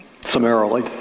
summarily